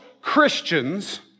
Christians